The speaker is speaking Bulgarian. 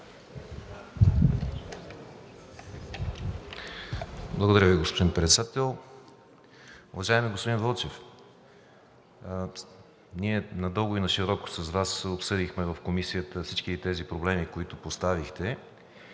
Благодаря Ви, господин Председател. Уважаеми господин Вълчев, надълго и нашироко с Вас обсъдихме в Комисията всички тези проблеми, които поставихте,